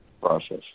process